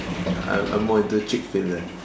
I'm I'm more into cheek filler